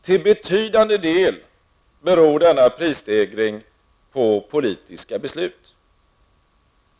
Till betydande del beror denna prisstegring på politiska beslut.